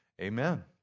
Amen